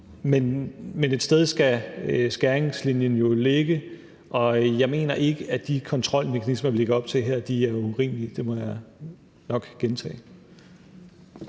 Men et sted skal skæringslinjen jo ligge, og jeg mener ikke, at de kontrolmekanismer, vi lægger op til her, er urimelige. Det må jeg nok gentage.